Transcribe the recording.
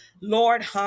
Lord